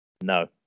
No